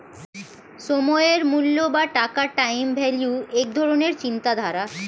সময়ের মূল্য বা টাকার টাইম ভ্যালু এক ধরণের চিন্তাধারা